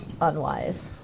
unwise